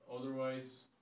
otherwise